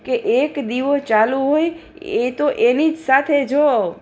કે એક દીવો ચાલુ હોય એ તો એની જ સાથે જો